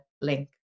link